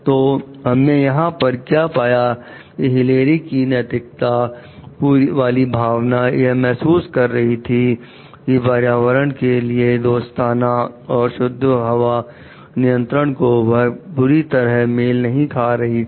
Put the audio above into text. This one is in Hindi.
तो हमने यहां पर क्या पाया कि हिलेरी की नैतिकता वाली भावना यह महसूस कर रही थी कि पर्यावरण के लिए दोस्ताना और शुद्ध हवा नियंत्रण को वह पूरी तरह मेल नहीं खा रही थी